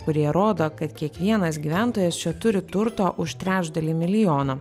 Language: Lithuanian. kurie rodo kad kiekvienas gyventojas čia turi turto už trečdalį milijono